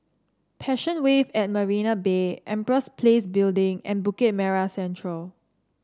Passion Wave at Marina Bay Empress Place Building and Bukit Merah Central